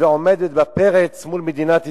ועומדת בפרץ מול מדינת ישראל.